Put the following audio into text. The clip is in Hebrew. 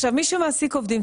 מי שמעסיק עובדים,